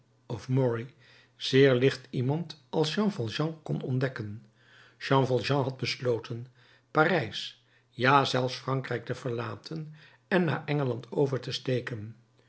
of morey zeer licht iemand als jean valjean kon ontdekken jean valjean had besloten parijs ja zelfs frankrijk te verlaten en naar engeland over te steken